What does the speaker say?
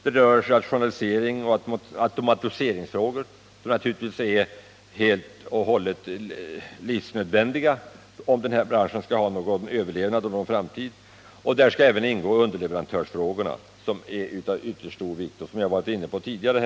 Det är vidare rationaliseringsoch automatiseringsfrågor, vilkas lösning naturligtvis är av avgörande betydelse för om branschen skall överleva och ha någon framtid. I utredningen skall även ingå underleverantörsfrågorna, som är av ytterst stor vikt och som jag varit inne på tidigare.